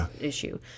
issue